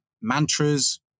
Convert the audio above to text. mantras